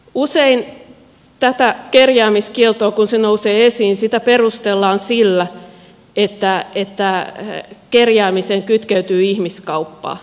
usein tätä kerjäämiskieltoa kun se nousee esiin perustellaan sillä että kerjäämiseen kytkeytyy ihmiskauppaa